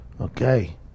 Okay